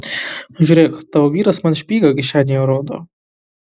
žiūrėk tavo vyras man špygą kišenėje rodo